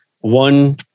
one